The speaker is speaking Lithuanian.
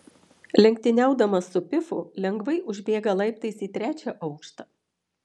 lenktyniaudamas su pifu lengvai užbėga laiptais į trečią aukštą